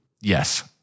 Yes